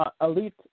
elite